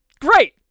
great